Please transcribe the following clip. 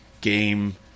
game